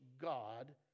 God